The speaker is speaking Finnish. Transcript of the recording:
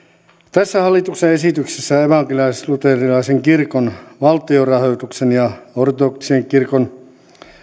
tässä hallituksen esityksessä evankelisluterilaisen kirkon valtionrahoituksen ja ortodoksisen kirkon